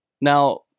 now